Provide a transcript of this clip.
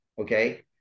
Okay